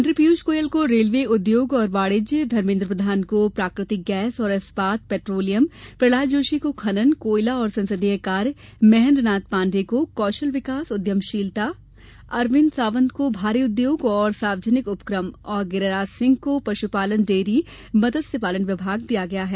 मंत्री पियूष गोयल को रेलवे उद्योग और वाणिज्य धर्मेन्द्र प्रधान को प्राकृतिक गैस और इस्पात पेट्रोलियम प्रहलाद जोशी को खनन कोयला और संसदीय कार्य महेन्द्रनाथ पांडेय को कौशल विकास उद्यमशीलता अरविंद सावंत को भारी उद्योग और सार्वजनिक उपक्रम और गिरिराज सिंह को पशुपालन डेयरी मत्स्य पालन विभाग दिया गया है